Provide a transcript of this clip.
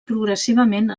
progressivament